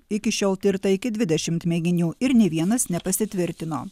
iki šiol tirta iki dvidešimt mėginių ir nei vienas nepasitvirtino